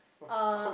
uh